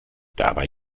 dabei